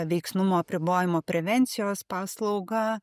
veiksnumo apribojimo prevencijos paslauga